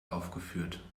aufgeführt